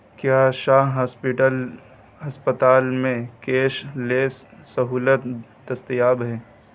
کیا شاہ ہاسپٹل ہسپتال میں کیش لیس سہولت دستیاب ہیں